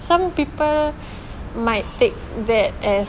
some people might take that as